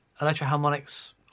Electroharmonics